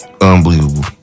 Unbelievable